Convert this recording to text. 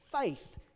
faith